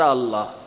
Allah